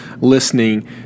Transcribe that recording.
listening